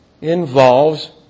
involves